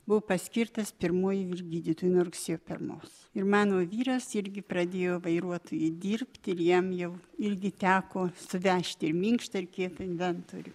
buvo paskirtas pirmuoju vyr gydytoju nuo rugsėjo pirmos ir mano vyras irgi pradėjo vairuotoju dirbti ir jam jau irgi teko suvežti ir minkštą ir kietą inventorių